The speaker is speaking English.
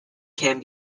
can